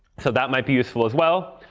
so that might be useful as well.